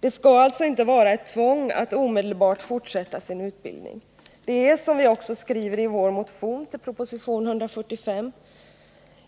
Det skall alltså inte vara ett tvång att omedelbart fortsätta sin utbildning, Det är, som vi också skriver i vår motion med anledning av proposition 145,